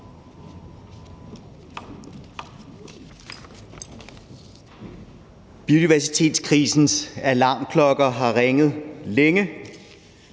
Biodiversitetskrisens alarmklokker har ringet længe,